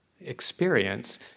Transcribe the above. experience